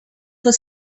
for